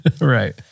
Right